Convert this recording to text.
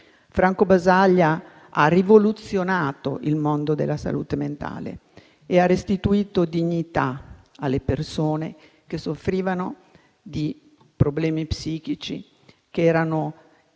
Franco Basaglia. Egli ha rivoluzionato il mondo della salute mentale e ha restituito dignità alle persone che soffrivano di problemi psichici, fino al